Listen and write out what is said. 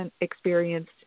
experienced